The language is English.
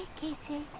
kitty,